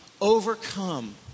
overcome